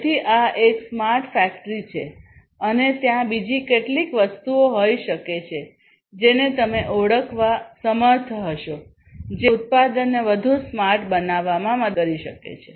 તેથી આ એક સ્માર્ટ ફેક્ટરી છે અને ત્યાં બીજી કેટલીક વસ્તુઓ હોઈ શકે છે જેને તમે ઓળખવા સમર્થ હશો જે ઉત્પાદનને વધુ સ્માર્ટ બનાવવામાં મદદ કરી શકે છે